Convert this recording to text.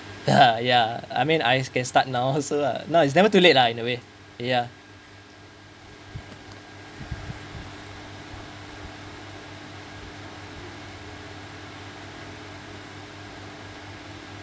uh ya I mean I can start now also lah now it's never too late lah in a way ya